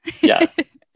Yes